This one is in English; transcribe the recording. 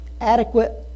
adequate